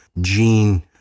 Gene